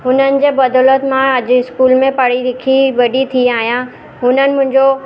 हुननि जे बदोलतु मां अॼु स्कूल में पढ़ी लिखी वॾी थी आहियां हुननि मुंहिंजो